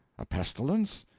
a pestilence?